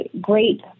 great